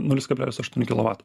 nulis kablelis aštuoni kilovato